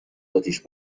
اتیش